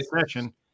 session